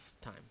time